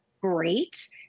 great